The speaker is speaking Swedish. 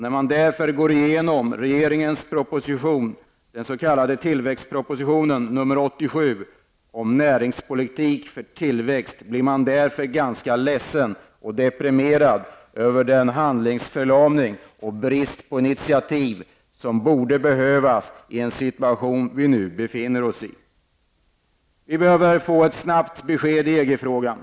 När man går igenom regeringens s.k. tillväxtproposition, nr 87, om näringspolitik för tillväxt, blir man ganska ledsen och deprimerad över handlingsförlamningen och bristen på initiativ från regeringen i en situation då handling och initiativ skulle behövas. Vi behöver få ett snart besked i EG-frågan.